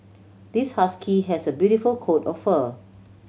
this husky has a beautiful coat of fur